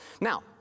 Now